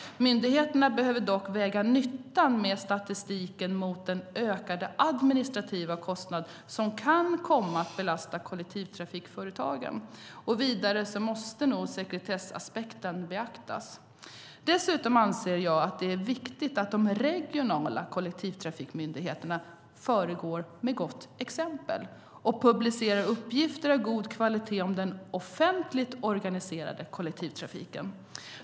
Myndigheterna behöver dock väga nyttan med statistiken mot den ökade administrativa kostnad som kan komma att belasta kollektivtrafikföretagen. Vidare måste sekretessaspekten beaktas. Dessutom anser jag att det är viktigt att de regionala kollektivtrafikmyndigheterna föregår med gott exempel och publicerar uppgifter av god kvalitet om den offentligt organiserade kollektivtrafiken.